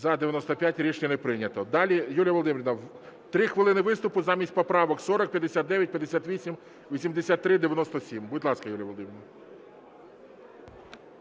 За-95 Рішення не прийнято. Далі, Юлія Володимирівна, 3 хвилини виступу замість поправок 40, 59, 58, 83, 97. Будь ласка, Юлія Володимирівна.